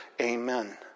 Amen